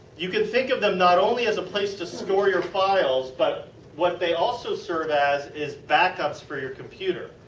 you can think of them not only as a place to store your files but what they also serve as is backups for your computer.